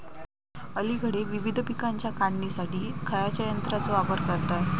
अलीकडे विविध पीकांच्या काढणीसाठी खयाच्या यंत्राचो वापर करतत?